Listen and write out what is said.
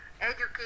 education